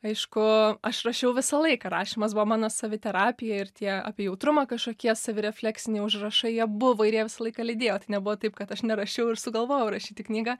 aišku aš rašiau visą laiką rašymas buvo mano saviterapija ir tie apie jautrumą kažkokie savirefleksiniai užrašai jie buvo ir jie visą laiką lydėjo tai nebuvo taip kad aš nerašiau ir sugalvojau rašyti knygą